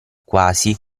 quasi